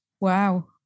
Wow